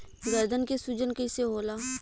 गर्दन के सूजन कईसे होला?